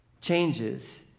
changes